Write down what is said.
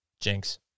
Jinx